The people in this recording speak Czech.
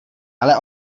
ale